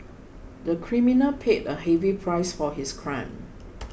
the criminal paid a heavy price for his crime